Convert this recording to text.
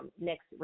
next